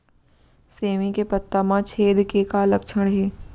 सेमी के पत्ता म छेद के का लक्षण हे?